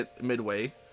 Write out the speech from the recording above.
midway